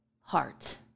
heart